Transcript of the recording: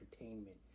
entertainment